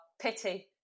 pity